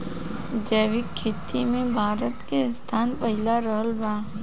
जैविक खेती मे भारत के स्थान पहिला रहल बा